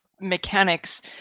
mechanics